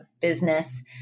business